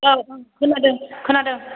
औ औ खोनादों खोनादों